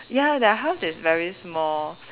ya their house is very small